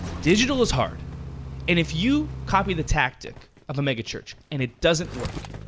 digital is hard and if you copy the tactic of a megachurch and it doesn't work,